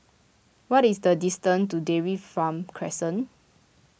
what is the distance to Dairy Farm Crescent